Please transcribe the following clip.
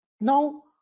Now